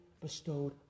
bestowed